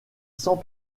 sans